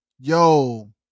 Yo